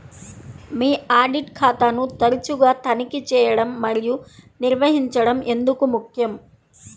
మీ audit ఖాతాను తరచుగా తనిఖీ చేయడం మరియు నిర్వహించడం ఎందుకు ముఖ్యం?